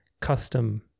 custom